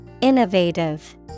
Innovative